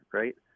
right